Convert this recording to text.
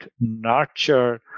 nurture